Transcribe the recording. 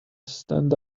stand